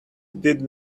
did